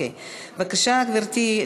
בבקשה, גברתי.